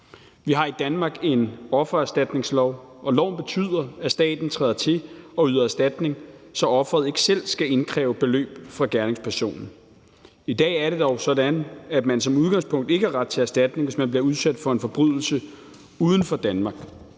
Vi har i Danmark en offererstatningslov, og loven betyder, at staten træder til og yder erstatning, så offeret ikke selv skal indkræve beløb fra gerningspersonen. I dag er det dog sådan, at man som udgangspunkt ikke har ret til erstatning, hvis man bliver udsat for en forbrydelse uden for Danmark.